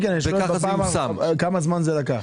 כן, אני שואל כמה זמן זה לקח?